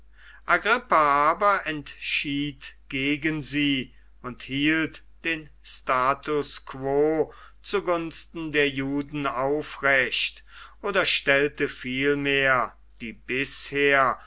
aber entschied gegen sie und hielt den status quo zu gunsten der juden aufrecht oder stellte vielmehr die bisher